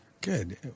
Good